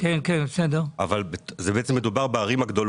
אבל בעצם מדובר בערים הגדולות,